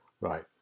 Right